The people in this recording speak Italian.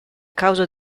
causa